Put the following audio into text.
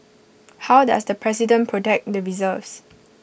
how does the president protect the reserves